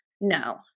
no